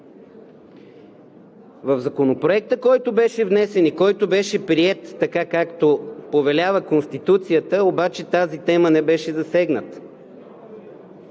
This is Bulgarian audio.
В Законопроекта, който беше внесен и който беше приет, както повелява Конституцията, обаче тази тема не беше засегната.